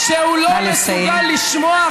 שהוא לא מסוגל לשמוע,